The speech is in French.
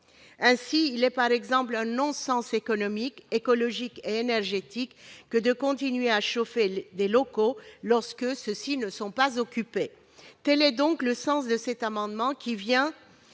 Ainsi, c'est un non-sens économique, écologique et énergétique que de continuer à chauffer des locaux lorsque ceux-ci ne sont pas occupés. Tel est donc le sens de cet amendement qui vient